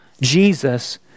Jesus